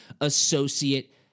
associate